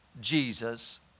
Jesus